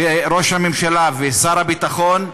וראש הממשלה ושר הביטחון,